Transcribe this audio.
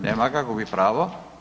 Nema ga, gubi pravo.